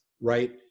right